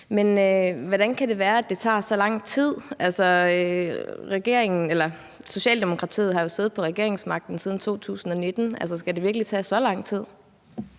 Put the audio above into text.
Men hvordan kan det være, det tager så lang tid? Altså, Socialdemokratiet har jo siddet på regeringsmagten siden 2019. Skal det virkelig tage så lang tid?